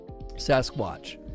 Sasquatch